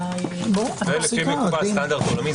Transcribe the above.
אלא --- זה לפי סטנדרט עולמי.